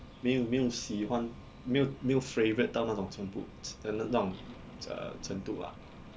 没有没有喜欢没有没有 favourite 到那种程度那种 uh 程度 ah